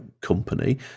company